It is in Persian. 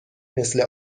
مثل